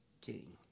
king